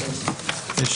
הישיבה ננעלה בשעה 13:55.